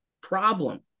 problem